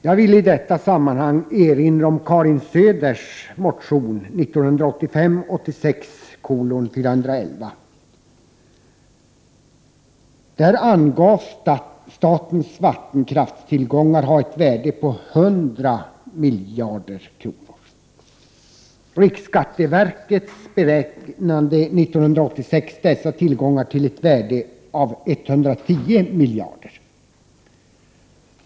Jag vill i detta sammanhang erinra om Karin Söders motion 1985/86:411. Där angavs statens vattenkraftstillgångar ha ett värde på 100 miljarder kronor. Riksskatteverket beräknade 1986 dessa tillgångar till ett värde av 110 miljarder.